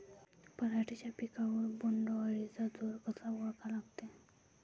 पराटीच्या पिकावर बोण्ड अळीचा जोर कसा ओळखा लागते?